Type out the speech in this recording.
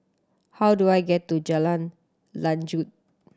how do I get to Jalan Lanjut